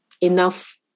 enough